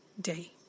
day